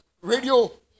radio